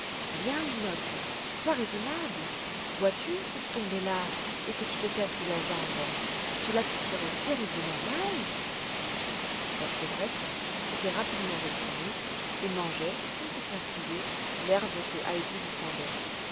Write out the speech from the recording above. viens linotte sois raisonnable vois-tu si tu tombais là et que tu te casses la jambe cela te ferait terriblement mal la chevrette s'était rapidement retournée et mangeait sans se faire prier l'herbe que heidi lui tendait